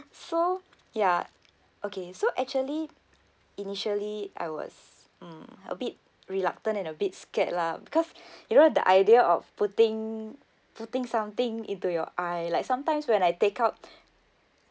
so ya okay so actually initially I was mm a bit reluctant and a bit scared lah because you know the idea of putting putting something into your eye like sometimes when I take out